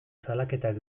salaketak